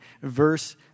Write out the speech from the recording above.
verse